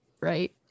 right